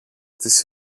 της